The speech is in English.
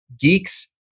geeks